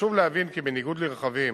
חשוב להבין כי בניגוד לרכבים,